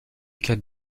cas